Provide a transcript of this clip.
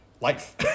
life